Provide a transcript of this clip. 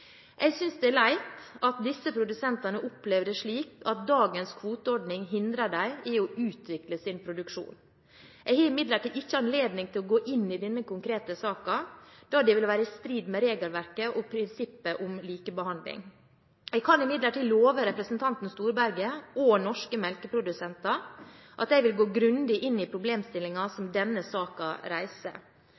Jeg synes det er leit at disse produsentene opplever det slik at dagens kvoteordning hindrer dem i å utvikle sin produksjon. Jeg har imidlertid ikke anledning til å gå inn i denne konkrete saken, da det ville være i strid med regelverket og prinsippet om likebehandling. Jeg kan imidlertid love representanten Storberget og norske melkeprodusenter at jeg vil gå grundig inn i problemstillingen som denne saken reiser.